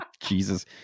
Jesus